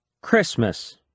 Christmas